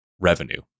revenue